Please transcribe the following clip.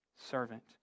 servant